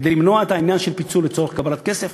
כדי למנוע את העניין של פיצול לצורך קבלת כסף,